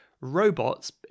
robots